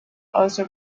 also